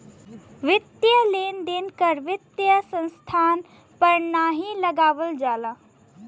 वित्तीय लेन देन कर वित्तीय संस्थान पर नाहीं लगावल जाला